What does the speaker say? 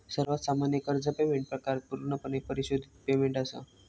सर्वात सामान्य कर्ज पेमेंट प्रकार पूर्णपणे परिशोधित पेमेंट असा